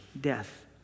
death